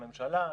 הממשלה.